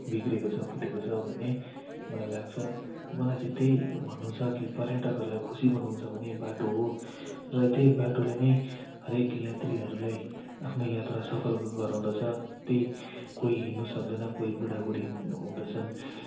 बिग्रेको छ फुटेको छ भन्ने मलाई लाग्छ मलाई चाहिँ त्यही भन्नु छ कि पर्यटकहरूलाई खुसी बनाउनु छ भने बाटो हो र त्यही बाटोले नै हरेक यात्रीहरूलाई आफ्नो यात्रा सफल गराउँदछ त्यही कोही हिँड्नु सक्दैन कोही बुढाबुढी हुँदछन्